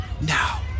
Now